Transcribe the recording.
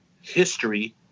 history